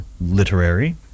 literary